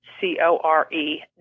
C-O-R-E